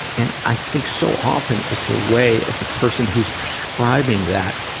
and, i think, so often, it's a way, if the person who's prescribing that,